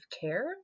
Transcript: care